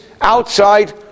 outside